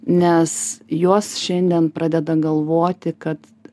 nes jos šiandien pradeda galvoti kad